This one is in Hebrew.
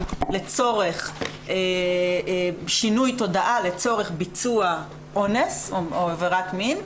לצורך שינוי תודעה לצורך ביצוע אונס או עבירת מין.